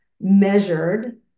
measured